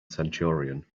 centurion